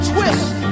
Twist